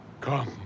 Come